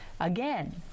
again